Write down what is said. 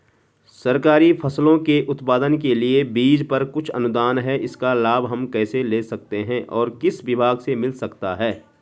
सरकारी फसलों के उत्पादन के लिए बीज पर कुछ अनुदान है इसका लाभ हम कैसे ले सकते हैं और किस विभाग से मिल सकता है?